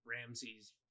Ramsey's